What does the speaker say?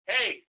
Hey